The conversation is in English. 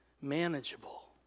manageable